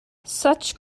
such